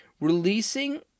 Releasing